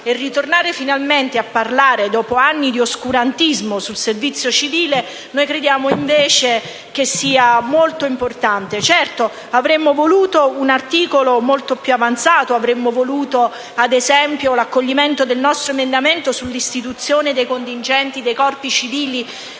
Ritornare finalmente a parlare di servizio civile, dopo anni di oscurantismo, crediamo invece che sia molto importante. Certo, avremmo voluto un articolo molto più avanzato. Avremmo voluto - ad esempio - l'accoglimento del nostro emendamento sull'istituzione dei contingenti dei corpi civili